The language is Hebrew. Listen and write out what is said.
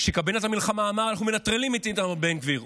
שקבינט המלחמה אמר: אנחנו מנטרלים את איתמר בן גביר.